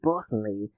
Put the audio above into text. personally